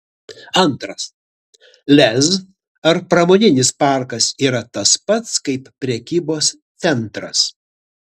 antras lez ar pramoninis parkas yra tas pats kaip prekybos centras